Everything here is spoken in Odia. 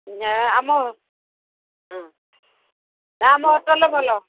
ନା ଆମ ହଁ ନା ଆମ ହୋଟେଲ ଭଲ